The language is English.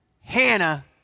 Hannah